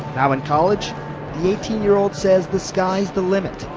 now in college, the eighteen year old says the sky is the limit.